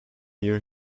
year